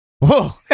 Whoa